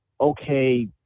okay